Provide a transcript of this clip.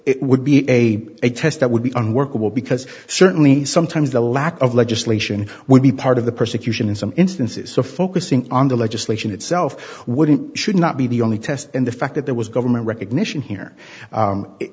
it would be a test that would be unworkable because certainly sometimes the lack of legislation would be part of the prosecution in some instances so focusing on the legislation itself wouldn't should not be the only test in the fact that there was government recognition here